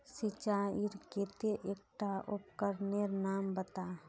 सिंचाईर केते एकटा उपकरनेर नाम बता?